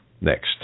next